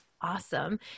Awesome